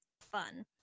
fun